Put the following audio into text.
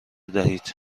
دهید